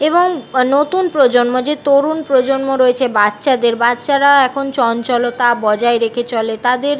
এবং নতুন প্রজন্ম যে তরুণ প্রজন্ম রয়েছে বাচ্ছাদের বাচ্ছারা এখন চঞ্চলতা বজায় রেখে চলে তাদের